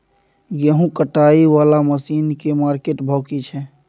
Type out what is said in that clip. गेहूं कटाई वाला मसीन के मार्केट भाव की छै?